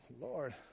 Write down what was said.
Lord